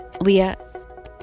Leah